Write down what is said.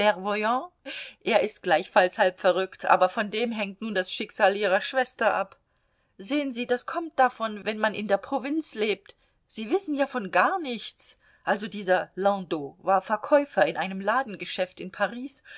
er ist gleichfalls halb verrückt aber von dem hängt nun das schicksal ihrer schwester ab sehen sie das kommt davon wenn man in der provinz lebt sie wissen ja von gar nichts also dieser landau war verkäufer in einem ladengeschäft in paris